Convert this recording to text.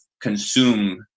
consume